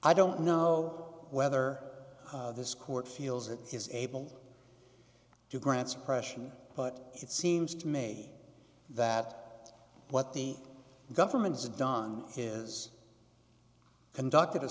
i don't know whether this court feels it is able to grant suppression but it seems to me that what the government has done is conducted a